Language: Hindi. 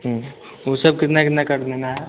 ऊ सब कितने कितने का देना है